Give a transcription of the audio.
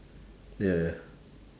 ya ya